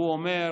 הוא אומר: